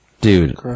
Dude